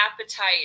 appetite